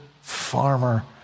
farmer